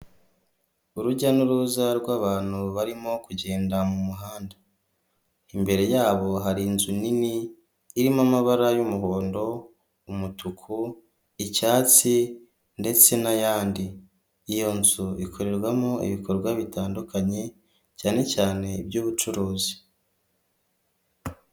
Urujya n'uruza rw'abantu barimo kugenda mu muhanda, imbere yabo hari inzu nini irimo amabara y'umuhondo, umutuku icyatsi ndetse n'ayandi, iyo nzu ikorerwamo ibikorwa bitandukanye cyane cyane iby'ubucuruzi.